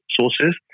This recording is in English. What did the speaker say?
sources